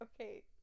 okay